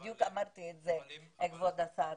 בדיוק אמרתי את זה כבוד השר.